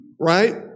right